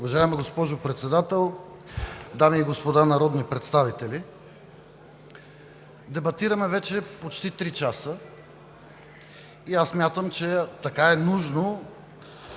Уважаема госпожо Председател, дами и господа народни представители! Дебатираме вече почти три часа и смятам, че така е нужно